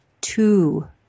two